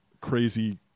crazy